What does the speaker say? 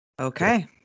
okay